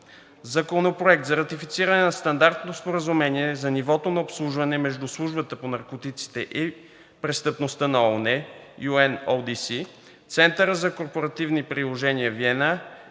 Законопроект за ратифициране на Стандартното споразумение за нивото на обслужване между Службата по наркотиците и престъпността на ООН (UNODC), Центъра за корпоративни приложения – Виена